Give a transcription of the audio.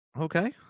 Okay